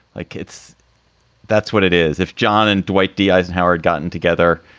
like it's that's what it is. if john and dwight d. eisenhower had gotten together,